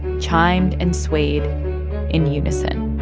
chimed and swayed in unison.